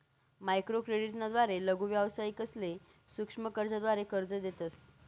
microcredit ना द्वारे लघु व्यावसायिकसले सूक्ष्म कर्जाद्वारे कर्ज देतस